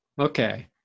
okay